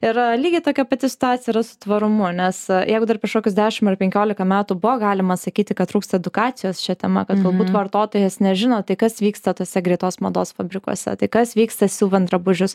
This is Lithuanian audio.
yra lygiai tokia pati situacija yra su tvarumu nes jeigu dar prieš kokius dešim ar penkiolika metų buvo galima sakyti kad trūksta edukacijos šia tema kad galbūt vartotojas nežino tai kas vyksta tose greitos mados fabrikuose tai kas vyksta siuvant drabužius